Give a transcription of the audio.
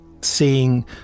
seeing